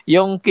Yung